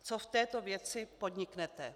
Co v této věci podniknete?